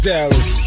Dallas